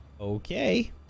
Okay